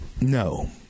No